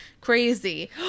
crazy